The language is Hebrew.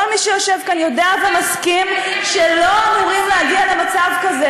כל מי שיושב כאן יודע ומסכים שלא אמורים להגיע למצב כזה,